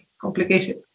Complicated